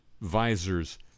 visors